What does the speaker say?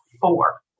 four